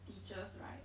teachers right